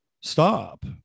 stop